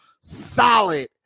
solid